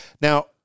Now